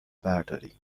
برداری